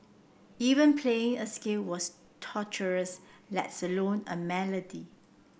even playing a scale was torturous lets alone a melody